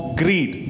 greed